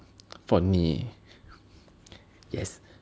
for me yes